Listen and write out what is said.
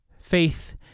faith